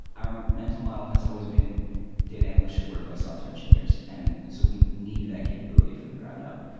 our mental model has always been data analyst should work like software engineers. and and so we needed that capability from the ground up.